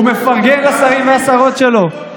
הוא מפרגן לשרים ולשרות שלו.